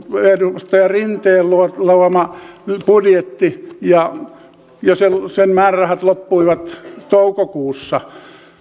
edustaja rinteen luoma luoma budjetti ja ja sen sen määrärahat loppuivat toukokuussa